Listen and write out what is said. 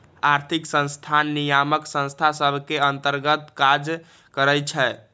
आर्थिक संस्थान नियामक संस्था सभ के अंतर्गत काज करइ छै